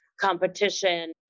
competition